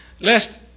lest